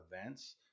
events